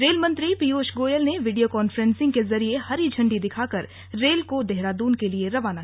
rail मंत्री पीयूष गोयल ने video conferencing के जरिए हरी झण्डी दिखाकर रेल को देहरादून के लिए किया रवाना